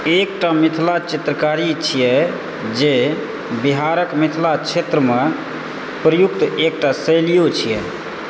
एकटा मिथिला चित्रकारी छियै जे बिहारक मिथिला क्षेत्रमे प्रयुक्त एकटा शैली छियै